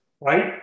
right